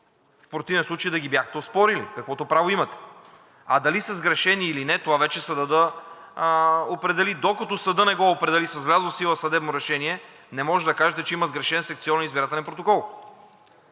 в противен случай да ги бяхте оспорили, каквото право имате. А дали са сгрешени, или не това вече съдът да определи. Докато съдът не го определи с влязло в сила съдебно решение, не може да кажете, че има сгрешен секционен избирателен протокол.